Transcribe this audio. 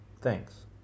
Thanks